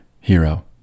hero